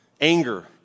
Anger